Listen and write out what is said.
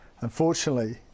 Unfortunately